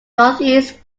northeast